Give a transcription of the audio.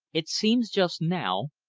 it seems just now,